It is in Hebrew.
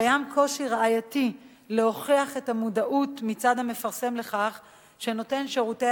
קיים קושי ראייתי להוכיח את המודעות מצד המפרסם לכך שנותן שירותי